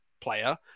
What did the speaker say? player